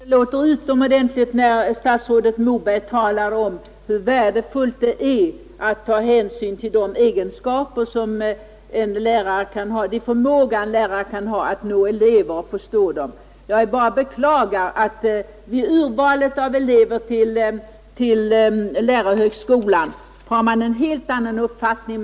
Herr talman! Jag tycker att det låter utomordentligt bra när statsrådet Moberg talar om hur viktigt det är att ta hänsyn till den förmåga som en lärare kan ha när det gäller att nå elever och förstå dem. Jag bara beklagar att man vid urvalet av elever till lärarhögskolan har en helt annan uppfattning.